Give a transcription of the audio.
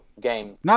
game